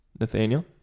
Nathaniel